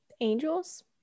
Angels